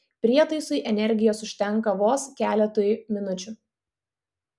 prietaisui energijos užtenka vos keletui minučių